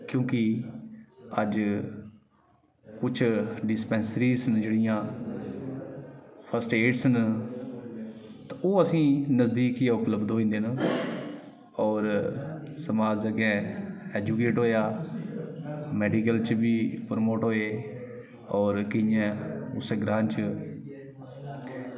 क्योंकि अज्ज कुछ डिस्पेंसरीस न जेह्ड़ियां फर्स्ट ऐडस न ते ओह् असें ई नजदीक ई उपलब्ध होई जंदे न होर समाज अग्गें एजुकेट होया मेडिकल च बी प्रमोट होए होर केइयें उस्से ग्रांऽ च